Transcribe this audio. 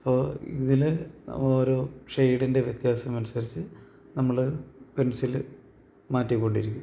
അപ്പോള് ഇതില് ഓരോ ഷേയ്ഡിൻ്റെ വ്യത്യാസം അനുസരിച്ച് നമ്മള് പെൻസില് മാറ്റിക്കൊണ്ടിരിക്കും